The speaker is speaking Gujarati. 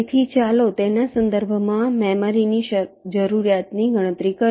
તેથી ચાલો તેના સંદર્ભમાં મેમરીની જરૂરિયાતની ગણતરી કરીએ